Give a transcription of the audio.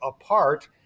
apart